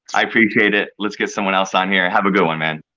i appreciate it, let's get someone else on here, have a good one man.